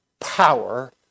power